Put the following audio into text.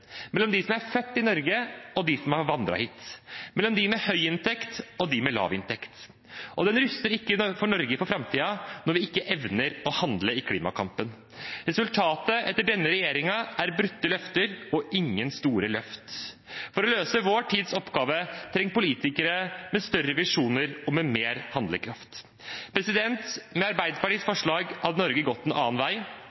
mellom dem som er født i Norge, og dem som har vandret hit, mellom dem med høy inntekt og dem med lav inntekt. Og den ruster ikke Norge for framtiden når den ikke evner å handle i klimakampen. Resultatet etter denne regjeringen er brutte løfter og ingen store løft. For å løse vår tids oppgaver trenger vi politikere med større visjoner og mer handlekraft. Med Arbeiderpartiets